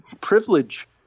privilege